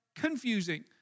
confusing